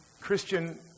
Christian